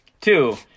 two